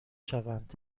شوند